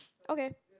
okay